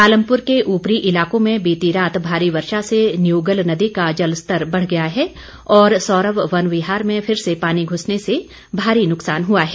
पालमपुर के ऊपरी इलाकों में बीती रात भारी वर्षा से न्यूगल नदी का जलस्तर बढ़ गया है और सौरव वन विहार में फिर से पानी घुसने से भारी नुकसान हुआ है